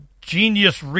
Genius